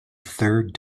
third